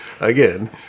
Again